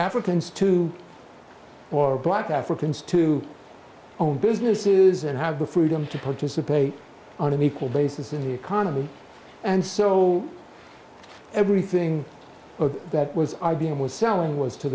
fricans to for black africans to own businesses and have the freedom to participate on an equal basis in the economy and so everything that was i b m was selling was to